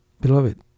Beloved